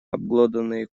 обглоданные